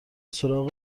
سراغ